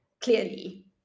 clearly